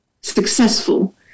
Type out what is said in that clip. successful